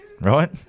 Right